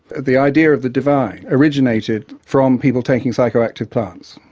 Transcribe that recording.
the idea of the divine originated from people taking psychoactive plants.